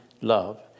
love